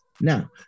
Now